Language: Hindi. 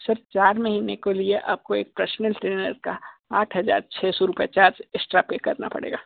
सर चार महीने के लिए आपको एक पर्सनल ट्रैनर का आठ हजार छः सौ रुपये चार्ज एक्स्ट्रा पे करना पड़ेगा